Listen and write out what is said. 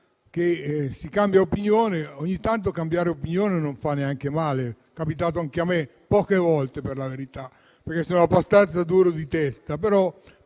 che si cambi opinione che ogni tanto cambiare opinione non fa neanche male; è capitato anche a me (poche volte, per la verità, perché sono abbastanza duro di testa):